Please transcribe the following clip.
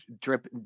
drip